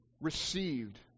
received